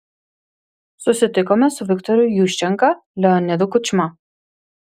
susitikome su viktoru juščenka leonidu kučma